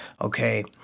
Okay